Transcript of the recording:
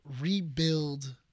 rebuild